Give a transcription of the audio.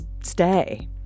stay